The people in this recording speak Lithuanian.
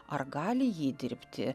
ar gali jį dirbti